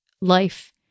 life